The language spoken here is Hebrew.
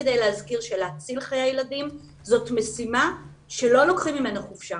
כדי להזכיר שלהציל חיי הילדים זאת משימה שלא לוקחים ממנה חופשה,